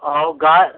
और गाय